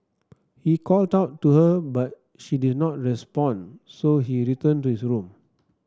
he called out to her but she did not respond so he returned to his room